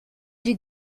die